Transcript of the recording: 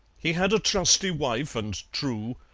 he had a trusty wife and true,